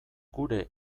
gure